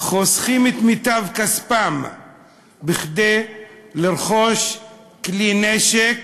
חוסכים את מיטב כספם כדי לרכוש כלי נשק.